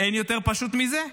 אין יותר פשוט מזה.